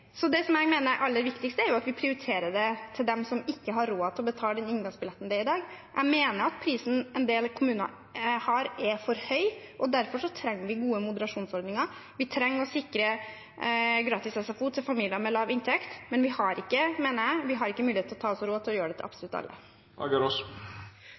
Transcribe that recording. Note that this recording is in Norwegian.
jeg mener er aller viktigst, er at vi prioriterer de som ikke har råd til å betale inngangsbilletten i dag. Jeg mener at prisen en del kommuner har, er for høy, og derfor trenger vi gode moderasjonsordninger. Vi trenger å sikre gratis SFO til familier med lav inntekt, men vi har ikke – mener jeg – mulighet til å ta oss råd til å gjøre